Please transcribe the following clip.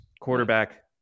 quarterback